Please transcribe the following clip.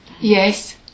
Yes